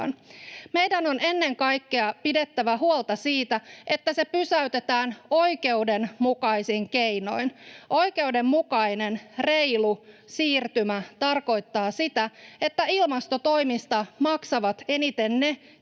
Meidän on ennen kaikkea pidettävä huolta siitä, että se pysäytetään oikeudenmukaisin keinoin. Oikeudenmukainen, reilu siirtymä tarkoittaa sitä, että ilmastotoimista maksavat eniten ne,